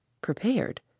Prepared